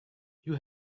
you